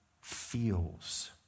feels